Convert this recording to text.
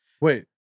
Wait